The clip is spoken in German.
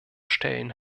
stellen